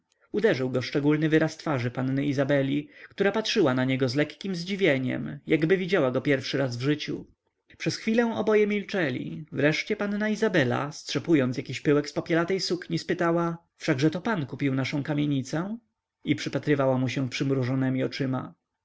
uderzył go szczególny wyraz twarzy panny izabeli która patrzyła na niego z lekkiem zdziwieniem jakby widziała go pierwszy raz w życiu przez chwilę oboje milczeli wreszcie panna izabela strzepując jakiś pyłek z popielatej sukni spytała wszakże to pan kupił naszę kamienicę i przypatrywała mu się przymrużonemi oczyma